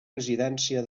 residència